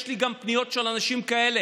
יש לי גם פניות של אנשים כאלה,